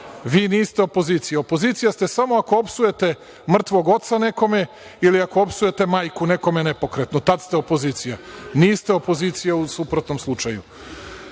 Vi niste opozicija. Opozicija ste samo ako opsujete mrtvog oca nekome, ili ako opsujete majku nekome nepokretnu, tada ste opozicija. Niste opozicija u suprotnom slučaju. Nemojte